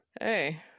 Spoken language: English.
Hey